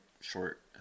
short